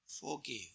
forgive